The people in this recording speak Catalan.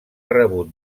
rebut